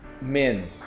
men